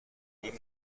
این